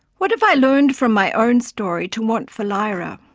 what have i learned from my own story to want for lyra?